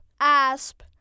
ASP